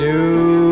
New